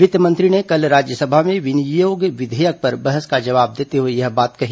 वित्त मंत्री ने कल राज्यसभा में विनियोग विधेयक पर बहस का जवाब देते हुए यह बात कही